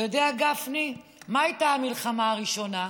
אתה יודע, גפני, מה הייתה המלחמה הראשונה?